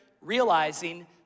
realizing